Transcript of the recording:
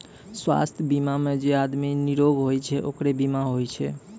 स्वास्थ बीमा मे जे आदमी निरोग होय छै ओकरे बीमा होय छै